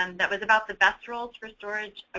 um that was about the best rules for storage, ah